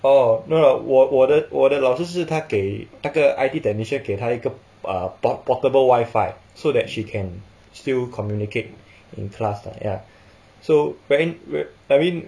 oh no no no 我我的我的老师是她给那个 I_T technician 给她一个 ah port~ portable wifi so that she can still communicate in class lah ya so but then I mean